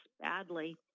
badly